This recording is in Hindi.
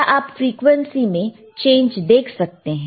क्या आप फ्रीक्वेंसी में चेंज देख सकते हैं